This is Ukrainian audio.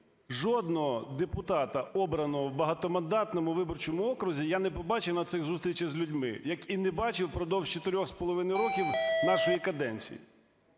Жодного депутата, обраного в багатомандатному виборчому окрузі, я не побачив на цих зустрічах з людьми. Як і не бачив впродовж 4,5 років нашої каденції.